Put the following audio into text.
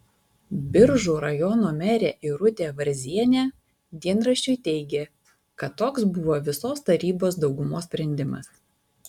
biržų rajono merė irutė varzienė dienraščiui teigė kad toks buvo visos tarybos daugumos sprendimas